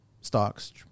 stocks